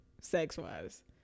sex-wise